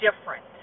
different